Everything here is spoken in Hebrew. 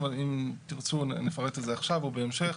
אם תרצו נפרט את זה עכשיו או בהמשך.